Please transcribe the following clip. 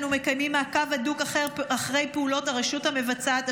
אנו מקיימים מעקב הדוק אחרי פעולות הרשות המבצעת.